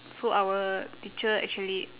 so our teacher actually